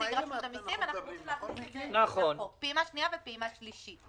ואנחנו רוצים להכניס את זה לחוק פעימה שניה ופעימה שלישית.